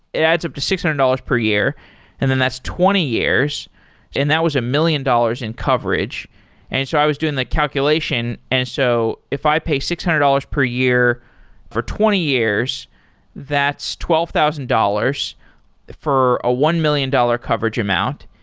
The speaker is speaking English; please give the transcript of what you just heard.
it adds up to six hundred dollars per year and then that's twenty years and that was a million dollars in coverage and so i was doing the calculation, and so if i pay six hundred dollars per year for twenty years that's twelve thousand dollars for a one million dollar coverage amount.